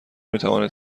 میتوانید